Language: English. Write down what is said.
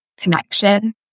connection